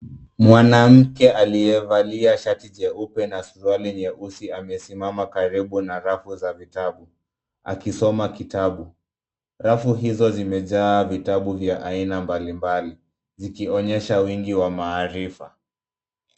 Mwanamke aliyevalia shati jeupe na suruali nyeusi amesimama karibu na rafu za kitabu akisoma kitabu. Rafu hizo zimejaa vitabu vya aina mbalimbali zikionyesha wingi wa maarifa.